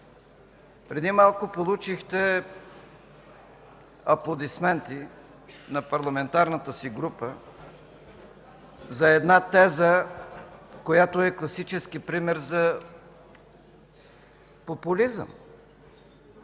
преди малко получихте аплодисменти на парламентарната си група за една теза, която е класически пример за популизъм.